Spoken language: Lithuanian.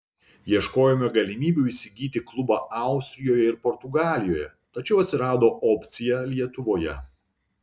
ieškojome galimybių įsigyti klubą austrijoje ir portugalijoje tačiau atsirado opcija lietuvoje